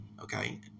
okay